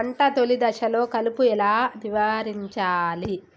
పంట తొలి దశలో కలుపు ఎలా నివారించాలి?